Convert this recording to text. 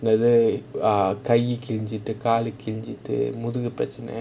இது காய் கிழிஞ்சிட்டு காலு கிழிஞ்சிட்டு முதுகு பிரச்னை:ithu kaai keelinjittu kaalu keelinjittu muthugu pirachanai